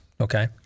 Okay